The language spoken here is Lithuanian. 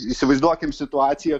įsivaizduokim situaciją